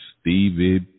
Stevie